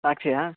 సాక్షి